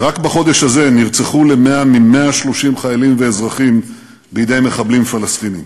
ורק בחודש הזה נרצחו יותר מ-130 חיילים ואזרחים בידי מחבלים פלסטינים.